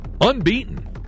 Unbeaten